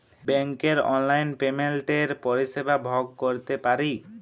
ব্যাংকের অললাইল পেমেল্টের পরিষেবা ভগ ক্যইরতে পারি